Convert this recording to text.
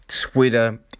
Twitter